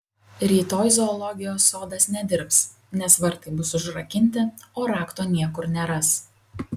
rytoj zoologijos sodas nedirbs nes vartai bus užrakinti o rakto niekur neras